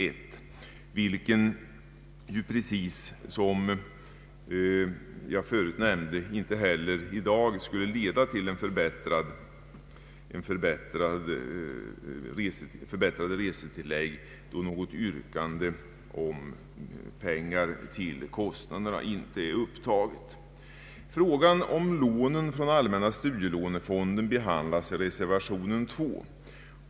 Ett bifall till reservationen skulle, som jag förut nämnde, i dag inte leda till höjda resetillägg, eftersom något yrkande om pengar till kostnaderna inte har gjorts. Frågan om lån ur allmänna studielånefonden behandlas i reservation 2.